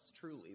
truly